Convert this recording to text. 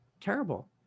terrible